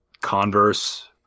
Converse